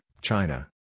China